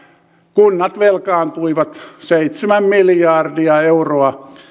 kunnat velkaantuivat seitsemän miljardia euroa